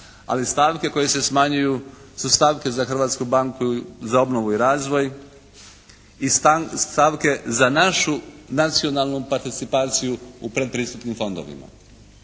Ali stavke koje se smanjuju su stavke za Hrvatsku banku za obnovu i razvoj i stavke za našu nacionalnu participaciju u predpristupnim fondovima.